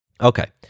Okay